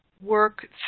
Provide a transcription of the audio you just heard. work